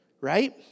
Right